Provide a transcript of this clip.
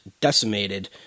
decimated